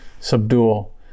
subdual